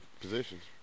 positions